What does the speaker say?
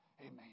Amen